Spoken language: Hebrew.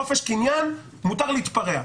חופש קניין מותר להתפרע.